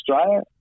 Australia